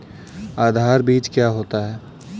आधार बीज क्या होता है?